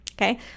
Okay